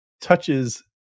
touches